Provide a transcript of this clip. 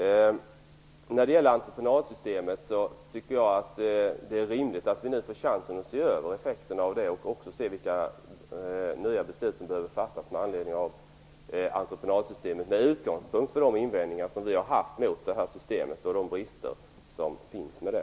Slutligen vill jag säga att jag tycker att det är rimligt att vi nu får chansen att se över effekterna av entreprenadsystemet och ta ställning till vilka nya beslut som behöver fattas, med utgångspunkt i de invändningar som vi har framfört mot systemet och de brister som finns i det.